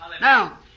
Now